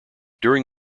during